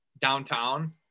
downtown